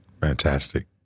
Fantastic